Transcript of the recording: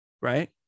right